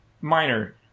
minor